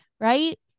right